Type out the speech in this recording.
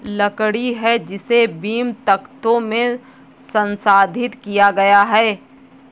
लकड़ी है जिसे बीम, तख्तों में संसाधित किया गया है